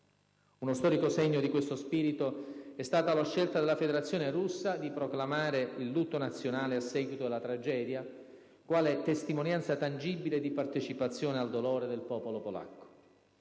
Uno storico segno di questo spirito è stato la scelta della Federazione russa di proclamare il lutto nazionale a seguito della tragedia, quale testimonianza tangibile di partecipazione al dolore del popolo polacco.